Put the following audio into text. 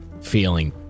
feeling